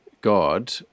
God